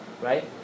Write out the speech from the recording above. right